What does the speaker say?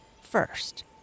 first